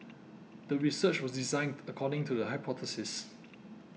the research was designed according to the hypothesis